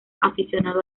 aficionado